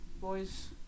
Boys